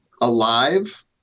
Alive